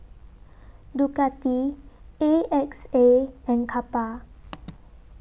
Ducati A X A and Kappa